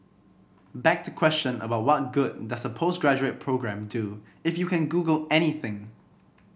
back to question about what good does a postgraduate programme do if you can Google anything